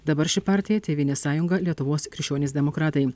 dabar ši partija tėvynės sąjunga lietuvos krikščionys demokratai